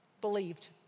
believed